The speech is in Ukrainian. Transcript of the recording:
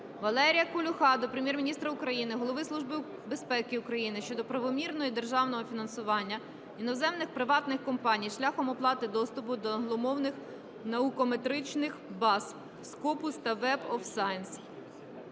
Валерія Колюха до Прем'єр-міністра України, Голови Служби безпеки України щодо правомірності державного фінансування іноземних приватних компаній шляхом оплати доступу до англомовних наукометричних баз Scopus та Web of Science.